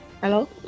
Hello